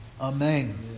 Amen